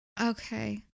Okay